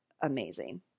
amazing